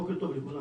בוקר טוב לכולם.